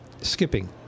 Skipping